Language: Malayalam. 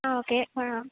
ആ ഓക്കെ ആ